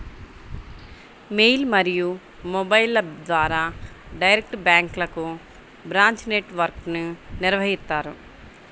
mail మరియు మొబైల్ల ద్వారా డైరెక్ట్ బ్యాంక్లకు బ్రాంచ్ నెట్ వర్క్ను నిర్వహిత్తారు